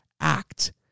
act